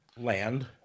land